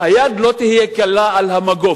היד לא תהיה קלה על המגוף.